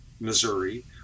missouri